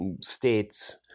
states